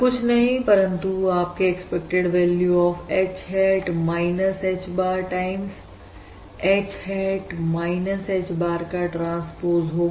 कुछ नहीं परंतु आपके expected value of H hat H bar times H hat H bar का ट्रांसपोज होगा